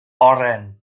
oren